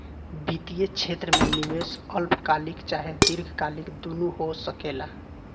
वित्तीय क्षेत्र में निवेश अल्पकालिक चाहे दीर्घकालिक दुनु हो सकेला